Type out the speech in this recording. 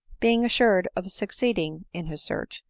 being assured of suc ceeding in his search,